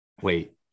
wait